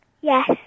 Yes